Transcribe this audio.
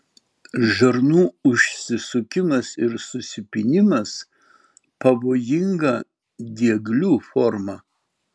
žarnų užsisukimas ir susipynimas pavojinga dieglių forma